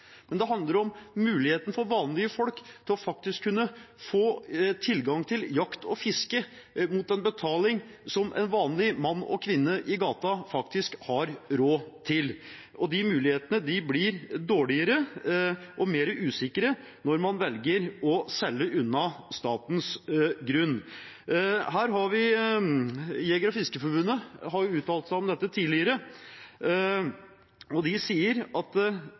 men det handler om muligheten for vanlige folk til faktisk å kunne få tilgang til jakt og fiske, mot en betaling som en vanlig mann og kvinne i gata har råd til. Og de mulighetene blir dårligere og mer usikre når man velger å selge unna statens grunn. Norges Jeger- og Fiskerforbund har uttalt seg om dette tidligere, og de sier at